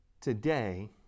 today